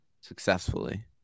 successfully